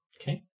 Okay